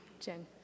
Jen